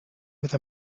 with